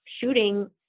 shooting